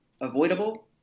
avoidable